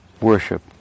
worship